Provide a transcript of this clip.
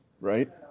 right